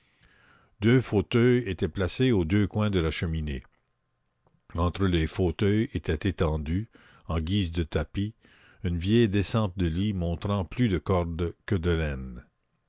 deux fauteuils étaient placés aux deux coins de la cheminée entre les fauteuils était étendue en guise de tapis une vieille descente de lit montrant plus de corde que de laine